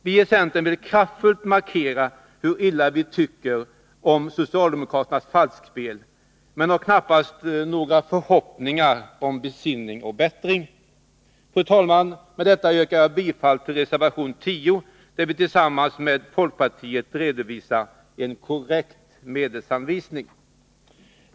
Vi i centern vill kraftfullt markera hur illa vi tycker om socialdemokraternas falskspel men har knappast några förhoppningar om besinning och bättring. Fru talman! Med detta yrkar jag bifall till reservation 10, där vi tillsammans med folkpartiet redovisar en korrekt medelsanvisning.